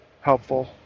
helpful